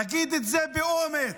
תגיד את זה באומץ.